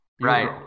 Right